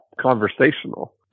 conversational